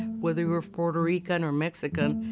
whether you were puerto rican or mexican,